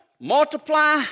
Multiply